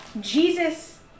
Jesus